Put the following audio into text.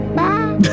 bye